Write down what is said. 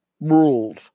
rules